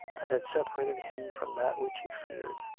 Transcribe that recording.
that had separated him from that which he feared.